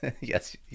Yes